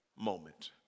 moment